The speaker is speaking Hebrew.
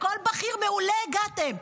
לכל בכיר מעולה הגעתם,